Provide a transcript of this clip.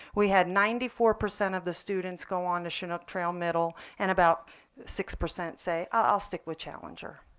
we had ninety four percent of the students go on the chinook trail middle and about six percent say, i'll stick with challenger.